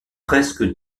presque